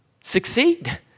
succeed